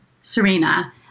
Serena